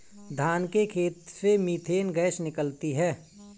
धान के खेत से मीथेन गैस निकलती है